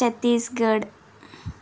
Chhattisgarh